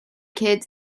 kids